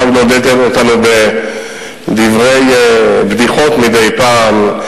הוא נהג לעודד אותנו בדברי בדיחות מדי פעם,